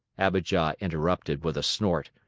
abijah interrupted, with a snort.